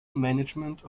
management